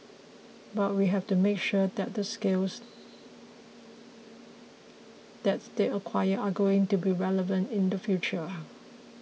but we have to make sure that the skills that they acquire are going to be relevant in the future